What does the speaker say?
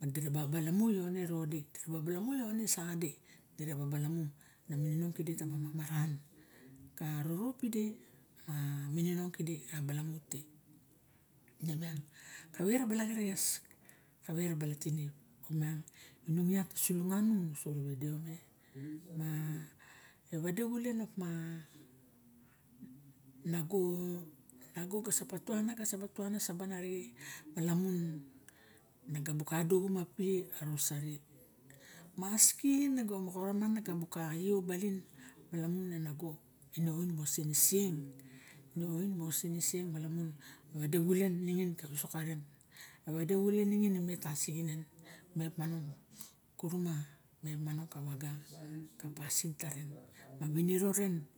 Madi ra ba balamu ione erodi, ta ba balamu ione saxadi, di re ba balamu na mininong tide taba mamaran. Ka rorop ide, ka mininnong tide, a balamu te. Kavae ra bala gereges, kavae ra bala tinip. Op miang inung iat ta sulunga nung ta ve deo me, ma vade xulen op ma, nago na ga sa patuana, sa patuana saban arixe, e lamun na ga buxa dugumapi a roseri. Maski nago raman na buka exio balin, malamun e nago oin moxa siniseng, a oin moxa siniseng, malamun e vade xulen ningin ka visok karen. E vade xulen ningin imet tasinginen, met monong kurima mep monong kavaga ka pasin taren, ma viniro ren.